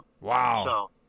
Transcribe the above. Wow